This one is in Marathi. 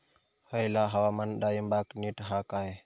हयला हवामान डाळींबाक नीट हा काय?